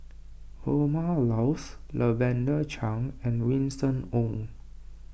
Vilma Laus Lavender Chang and Winston Oh